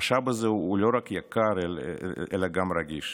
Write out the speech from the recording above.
המשאב הזה הוא לא רק יקר אלא גם רגיש.